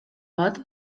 bat